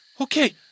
Okay